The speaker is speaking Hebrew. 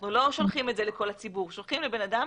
אנחנו לא שולחים את זה לכל הציבור אלא שולחים לבן אדם